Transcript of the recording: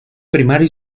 primario